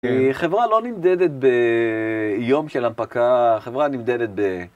חברה לא נמדדת ביום של הנפקה, חברה נמדדת ב...